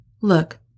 Look